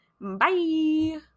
Bye